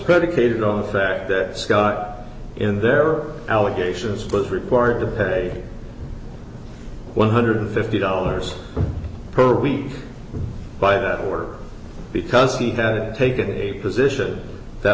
predicated on the fact that scott in there are allegations but required to pay one hundred and fifty dollars per week by that were because he had taken a position that